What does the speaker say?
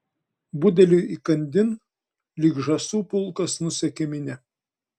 budeliui įkandin lyg žąsų pulkas nusekė minia